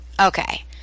Okay